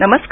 नमस्कार